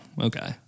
okay